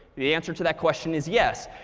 the answer to that question is yes.